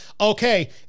okay